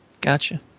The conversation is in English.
Gotcha